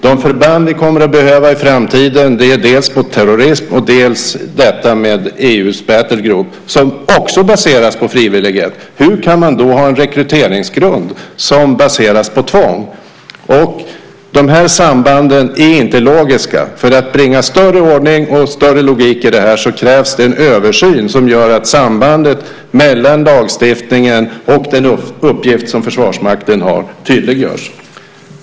De förband som vi i framtiden kommer att behöva är dels förband mot terrorism, dels detta med EU:s Battle Group, som också baseras på frivillighet. Hur kan man då ha en rekryteringsgrund som baseras på tvång? De här sambanden är inte logiska. För att bringa mer ordning och logik i det här krävs det en översyn; detta för att tydliggöra sambandet mellan lagstiftningen och den uppgift som Försvarsmakten har.